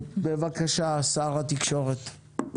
בבקשה, שר התקשורת.